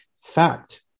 fact